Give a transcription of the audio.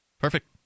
perfect